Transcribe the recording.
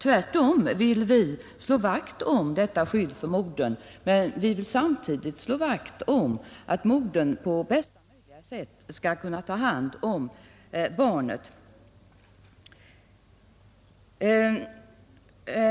Vi vill tvärtom slå vakt om detta skydd för modern, men vi vill samtidigt att modern på bästa möjliga sätt skall kunna ta hand om barnet.